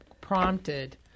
prompted